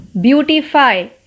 Beautify